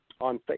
on